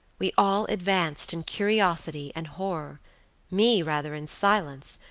we all advanced in curiosity and horror me rather in silence,